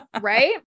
right